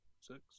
six